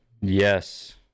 Yes